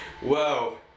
Whoa